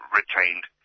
retained